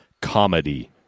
Comedy